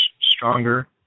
stronger